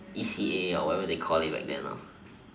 E_C_A or whatever they call it back then